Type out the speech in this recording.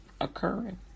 occurring